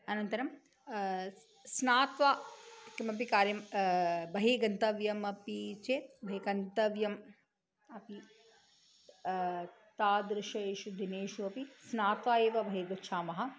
अनन्तरं स्नात्वा किमपि कार्यं बहिः गन्तव्यम् अपि चेत् बहिः गन्तव्यम् अपि तादृशेषु दिनेषु अपि स्नात्वा एव बहिः गच्छामः